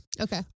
Okay